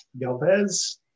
Galvez